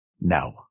No